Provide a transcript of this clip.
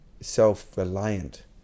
self-reliant